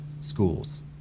schools